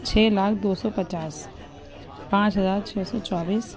چھ لاکھ دو سو پچاس پانچ ہزار چھ سو چوبیس